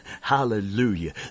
Hallelujah